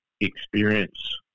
experience